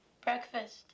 Breakfast